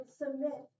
submit